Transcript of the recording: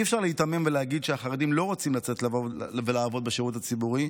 אי-אפשר להיתמם ולהגיד שהחרדים לא רוצים לצאת ולעבוד בשירות הציבורי,